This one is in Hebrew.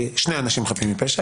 שני אנשים חפים מפשע,